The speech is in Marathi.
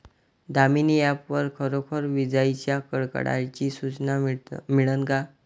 दामीनी ॲप वर खरोखर विजाइच्या कडकडाटाची सूचना मिळन का?